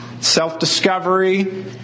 Self-discovery